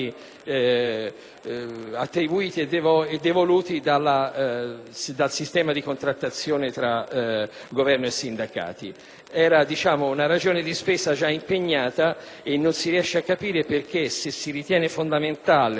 attribuiti e devoluti dal sistema di contrattazione tra Governo e sindacati. Era una ragione di spesa già impegnata e non si riesce a capire perché se si ritiene fondamentale